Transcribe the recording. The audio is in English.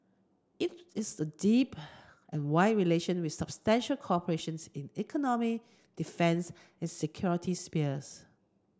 it is a deep and wide relation with substantial cooperation in economic defence and security spheres